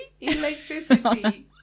electricity